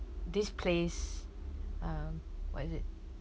this place uh what is it